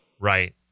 Right